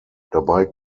dabei